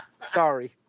Sorry